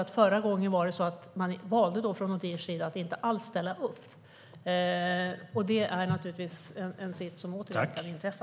Därför valde Odihr att inte alls ställa upp, och det kan givetvis åter inträffa.